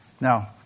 Now